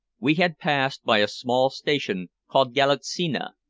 we had passed by a small station called galitsina,